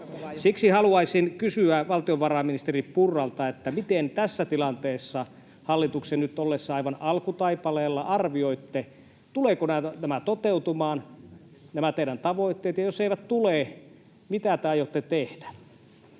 Siksi haluaisin kysyä valtiovarainministeri Purralta, miten arvioitte tässä tilanteessa hallituksen nyt ollessa aivan alkutaipaleella, tulevatko nämä teidän tavoitteenne toteutumaan? Ja jos eivät tule, niin mitä te aiotte tehdä?